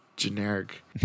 Generic